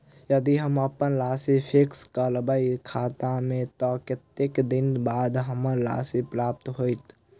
यदि हम अप्पन राशि फिक्स करबै खाता मे तऽ कत्तेक दिनक बाद हमरा राशि प्राप्त होइत?